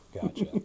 Gotcha